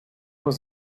was